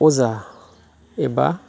अजा एबा